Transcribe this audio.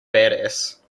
badass